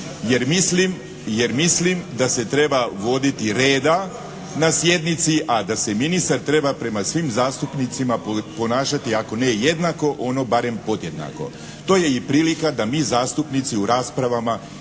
jer mislim da se treba voditi reda na sjednici, a da se ministar treba prema svim zastupnicima ponašati ako ne jednako ono barem podjednako. To je i prilika da mi zastupnici u raspravama